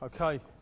Okay